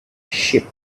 sheep